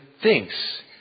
thinks